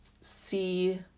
see